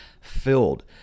filled